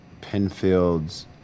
Penfield's